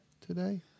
today